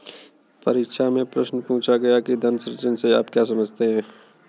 परीक्षा में प्रश्न पूछा गया कि धन सृजन से आप क्या समझते हैं?